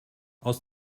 aus